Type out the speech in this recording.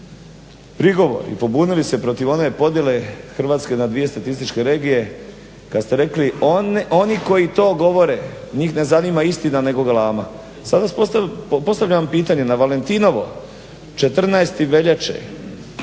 prigovor i pobunili se protiv one podjele Hrvatske na dvije statističke regije kada ste rekli, oni koji to govore njih ne zanima istina nego galama. Sada vam postavljam pitanje, na Valentinovo 14.veljače